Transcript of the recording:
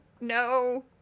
no